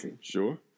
Sure